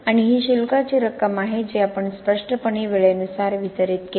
आणि हे शुल्काची रक्कम आहे जी आपण स्पष्टपणे वेळेनुसार वितरित केली